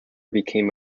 became